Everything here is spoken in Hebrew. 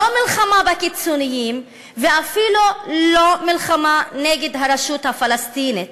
לא מלחמה בקיצונים ואפילו לא מלחמה נגד הרשות הפלסטינית.